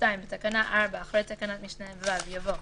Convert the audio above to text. (2) בתקנה 4, אחרי תקנת משנה (ו) יבוא: